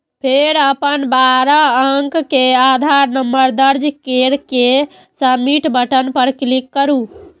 फेर अपन बारह अंक के आधार नंबर दर्ज कैर के सबमिट बटन पर क्लिक करू